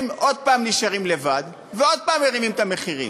הם עוד פעם נשארים לבד ועוד פעם מרימים את המחירים.